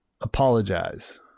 apologize